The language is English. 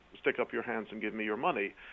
stick-up-your-hands-and-give-me-your-money